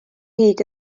hyd